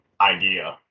idea